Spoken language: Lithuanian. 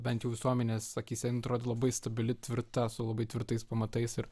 bent jau visuomenės akyse jinai atrodo labai stabili tvirta su labai tvirtais pamatais ir